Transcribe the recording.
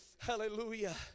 Hallelujah